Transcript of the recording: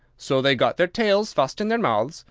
so they got their tails fast in their mouths.